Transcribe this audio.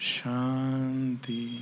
Shanti